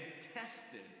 tested